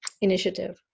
initiative